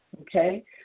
Okay